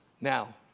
Now